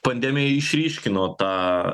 pandemija išryškino tą